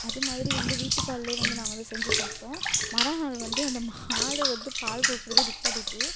அது மாதிரி வந்து வீட்டுப் பால்லேயே வந்து நாங்கள் வந்து செஞ்சு சாப்பிடோம் மறுநாள் வந்து அந்த மாடு வந்து பால் கொடுக்குறதே நிற்பாட்டிட்டு